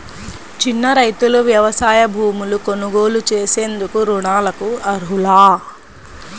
చిన్న రైతులు వ్యవసాయ భూములు కొనుగోలు చేసేందుకు రుణాలకు అర్హులా?